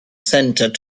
centre